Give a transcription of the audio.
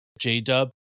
J-Dub